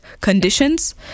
conditions